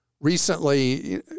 recently